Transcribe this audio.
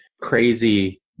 crazy